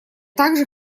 также